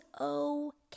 okay